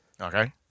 Okay